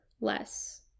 less